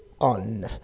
on